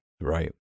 Right